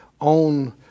on